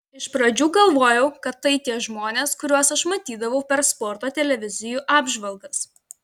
iš pradžių galvojau kad tai tie žmonės kuriuos aš matydavau per sporto televizijų apžvalgas